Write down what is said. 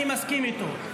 אני מסכים איתו.